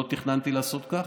לא תכננתי לעשות כך,